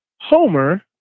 Homer